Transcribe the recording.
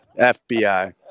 fbi